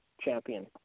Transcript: champion